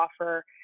offer